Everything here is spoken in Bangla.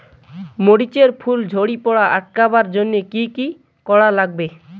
মরিচ এর ফুল ঝড়ি পড়া আটকাবার জইন্যে কি কি করা লাগবে?